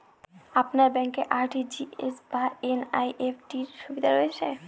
আপনার ব্যাংকে আর.টি.জি.এস বা এন.ই.এফ.টি র সুবিধা রয়েছে?